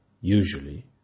usually